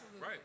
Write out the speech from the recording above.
Right